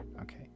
Okay